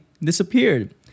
disappeared